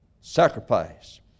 sacrifice